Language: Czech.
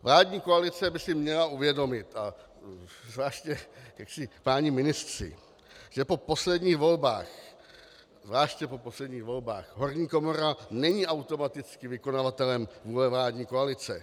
Vládní koalice by si měla uvědomit, a zvláště páni ministři, že po posledních volbách, zvláště po posledních volbách, horní komora není automaticky vykonavatelem vůle vládní koalice.